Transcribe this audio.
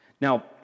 Now